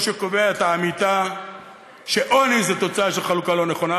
שקובע את האמיתה שעוני הוא תוצאה של חלוקה לא נכונה,